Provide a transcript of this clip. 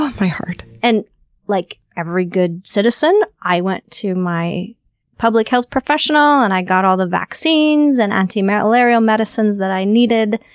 ah my heart! and like every good citizen i went to my public health professional and got all the vaccines and anti-malarial medicines that i needed.